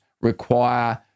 require